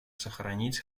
сохранить